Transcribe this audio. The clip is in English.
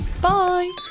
bye